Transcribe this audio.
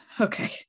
Okay